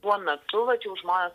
tuo metu vat jau žmonės